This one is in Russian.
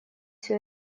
всю